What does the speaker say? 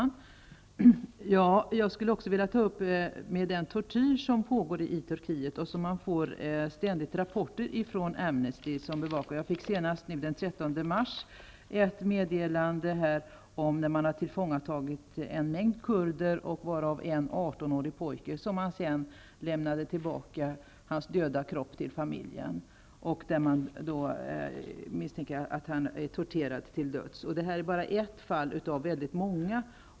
Fru talman! Jag skulle också vilja nämna den tortyr som pågår i Turkiet. Man får ständigt rapporter från Amnesty om detta. Senast den 13 mars fick jag ett meddelande om att en mängd kurder har tillfångatagits, varav en 18-årig pojke, vars döda kropp senare överlämnades till pojkens familj. Och man misstänker att pojken hade torterats till döds. Detta är bara ett fall av väldigt många.